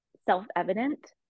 self-evident